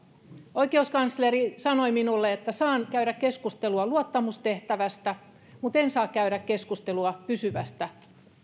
oikeuskansleri sanoi minulle että saan käydä keskustelua luottamustehtävästä mutta en saa käydä keskustelua pysyvästä